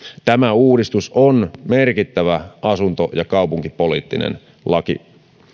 tämä uudistus on merkittävä asunto ja kaupunkipoliittinen laki